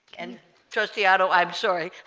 and trustee otto i'm sorry